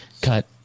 cut